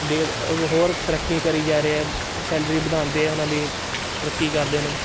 ਦੇ ਹੋਰ ਤਰੱਕੀ ਕਰੀ ਜਾ ਰਹੇ ਆ ਸੈਲਰੀ ਵਧਾਉਂਦੇ ਆ ਉਹਨਾਂ ਦੀ ਤਰੱਕੀ ਕਰਦੇ ਨੇ